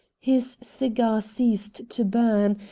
his cigar ceased to burn,